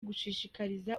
gushishikariza